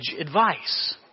advice